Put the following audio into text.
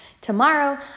tomorrow